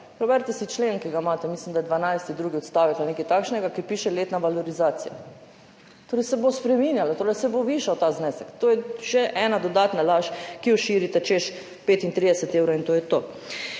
Preberite si člen, ki ga imate, mislim, da je 12., drugi odstavek ali nekaj takšnega, kjer piše letna valorizacija. Torej se bo spreminjalo, torej se bo zvišal ta znesek. To je še ena dodatna laž, ki jo širite, češ 35 evrov in to je to.